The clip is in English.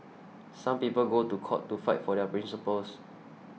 some people go to court to fight for their principles